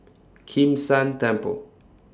Kim San Temple